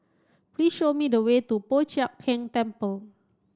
please show me the way to Po Chiak Keng Temple